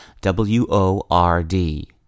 W-O-R-D